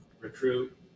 Recruit